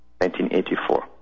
1984